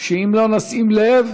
שאם לא נשים לב,